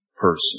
person